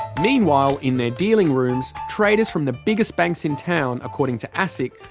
meanwhile, in their dealing rooms, traders from the biggest banks in town, according to asic,